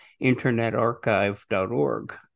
internetarchive.org